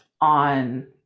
on